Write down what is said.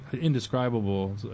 indescribable